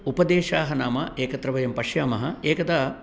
उपदेशाः नाम एकत्र वयं पश्यामः एकदा